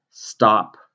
Stop